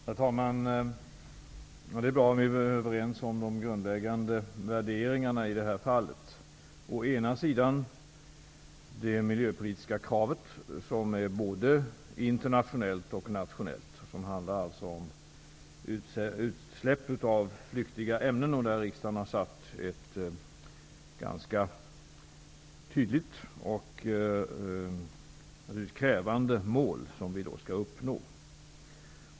Herr talman! Det är bra att vi är överens om de grundläggande värderingarna i detta fall. Å ena sidan har vi det miljöpolitiska kravet, som är både internationellt och nationellt, och som handlar om utsläpp av flyktiga ämnen. Där har riksdagen satt ett ganska tydligt och krävande mål som vi skall uppnå.